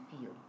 feel